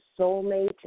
Soulmate